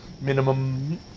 Minimum